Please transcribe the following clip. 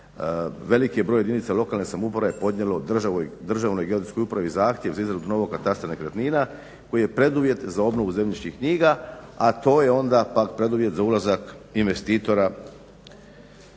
Veliki je broj jedinica lokalne samouprave podnijelo Državnoj geodetskoj upravi zahtjev za izradu novog katastra nekretnina koje je preduvjet za obnovu zemljišnih knjiga, a to je onda pak preduvjet za ulazak investitora